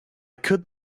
could